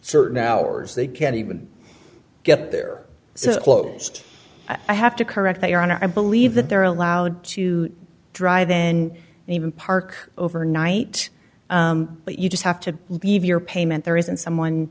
certain hours they can't even get there so closed i have to correct your honor i believe that they're allowed to drive then and even park overnight but you just have to leave your payment there isn't someone